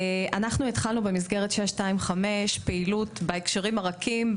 במסגרת 625 התחלנו פעילות בהקשרים הרכים,